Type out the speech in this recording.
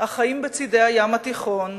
החיים בצדי הים התיכון,